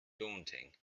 daunting